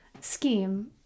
scheme